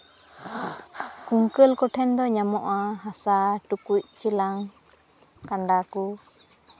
ᱠᱩᱝᱠᱟᱹᱞ ᱠᱚᱴᱷᱮᱱ ᱫᱚ ᱧᱟᱢᱚᱜᱼᱟ ᱦᱟᱥᱟ ᱴᱩᱠᱩᱡ ᱪᱮᱞᱟᱝ ᱠᱟᱸᱰᱟ ᱠᱚ